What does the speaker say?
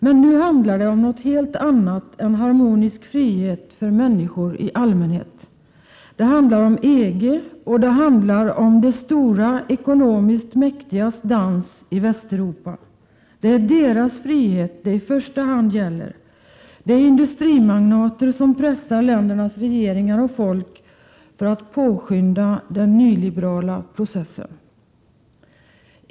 Men nu handlar det om något helt annat än harmonisk frihet för människor i allmänhet. Det handlar om EG och det handlar om de stora, ekonomiskt mäktigas dans i Västeuropa. Det är deras frihet det i första hand gäller. Det är industrimagnater som pressar ländernas regeringar och folk att påskynda den nyliberala processen.